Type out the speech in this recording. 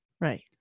right